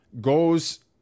goes